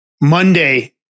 Monday